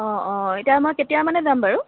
অঁ অঁ এতিয়া মই কেতিয়া মানে যাম বাৰু